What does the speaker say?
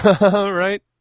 Right